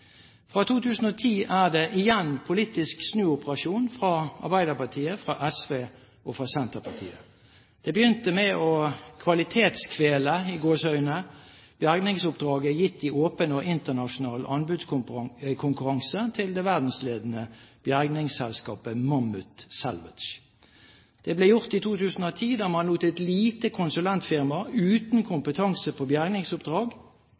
fra tildekking til heving. Fra 2010 er det igjen en politisk snuoperasjon fra Arbeiderpartiet, fra SV og fra Senterpartiet. Det begynte med å «kvalitetskvele» bergingsoppdraget gitt i åpen og internasjonal anbudskonkurranse til det verdensledende bergingsselskapet Mammoet Salvage. Det ble gjort i 2010, da man lot et lite konsulentfirma uten